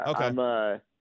okay